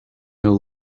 know